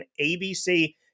abc